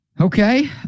Okay